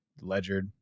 Ledger